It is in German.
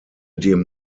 dem